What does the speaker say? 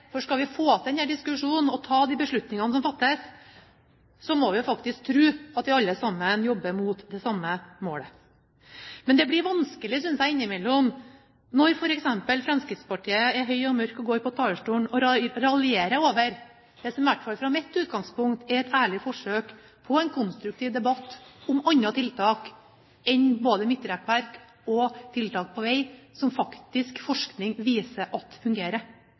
vi skal få til denne diskusjonen og de beslutningene som må fattes, må vi jo faktisk tro at vi alle jobber mot det samme målet. Men jeg synes at det innimellom blir vanskelig, når f.eks. Fremskrittspartiet er høy og mørk og går på talerstolen og raljerer over det som i hvert fall fra mitt utgangspunkt er et ærlig forsøk på en konstruktiv debatt om andre tiltak enn både midtrekkverk og tiltak på vei som forskning faktisk viser at fungerer.